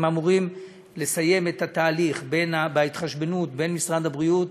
הם אמורים לסיים את התהליך בהתחשבנות בין משרד הבריאות